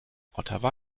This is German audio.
ottawa